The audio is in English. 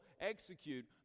execute